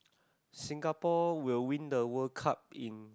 Singapore will win the World Cup in